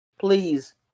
Please